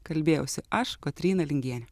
kalbėjausi aš kotryna lingienė